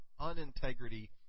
unintegrity